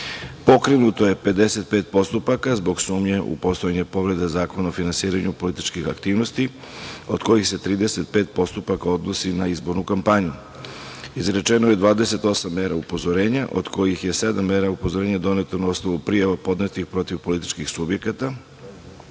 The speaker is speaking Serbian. Pokrenuto je 55 postupaka zbog sumnje u postojanje povrede Zakona o finansiranju političkih aktivnosti, od kojih se 35 postupaka odnosi na izbornu kampanju, izrečeno je 28 mera upozorenja, od kojih je sedam mera upozorenja doneto na osnovu prijava podnetih protiv političkih subjekata,